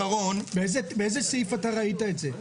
באיזה סעיף אתה ראית את זה?